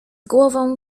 głową